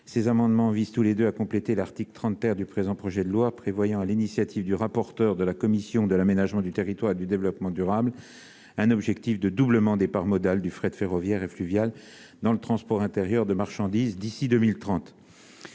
Hervé Maurey, visent à compléter l'article 30 du présent projet de loi, qui prévoit, sur l'initiative du rapporteur de la commission de l'aménagement du territoire et du développement durable, un objectif de doublement des parts modales du fret ferroviaire et fluvial dans le transport intérieur de marchandises d'ici à 2030.